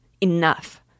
enough